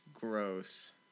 gross